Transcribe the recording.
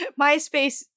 MySpace